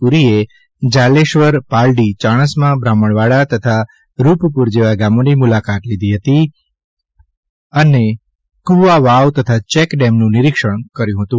પુરીએ જાલેશ્વર પાલડી ચાણસ્મા બ્રાહ્મણવાડા તથા રૂપપુર જેવા ગામોની મુલાકાત લીધી હતી અને કુવા તળાવ તથા ચેકડેમનું નિરિક્ષણ કર્યું હતું